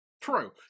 True